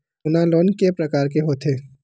सोना लोन के प्रकार के होथे?